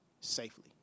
safely